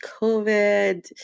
COVID